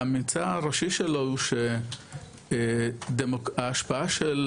והממצא הראשי שלו הוא שההשפעה של